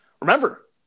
Remember